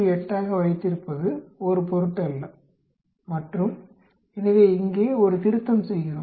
8 ஆக வைத்திருப்பது ஒரு பொருட்டல்ல மற்றும் எனவே இங்கே ஒரு திருத்தம் செய்கிறோம்